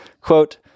Quote